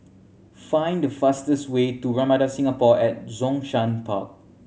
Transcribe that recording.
find the fastest way to Ramada Singapore at Zhongshan Park